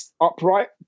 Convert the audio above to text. upright